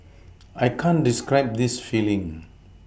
I can't describe this feeling